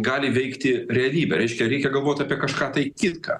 gali veikti realybę reiškia reikia galvot apie kažką tai kitką